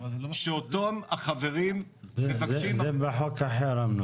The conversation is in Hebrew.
שאותו החברים מבקשים --- זה בחוק אחר.